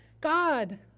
God